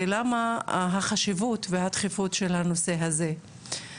ולמה החשיבות והדחיפות של הנושא הזה.